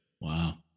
Wow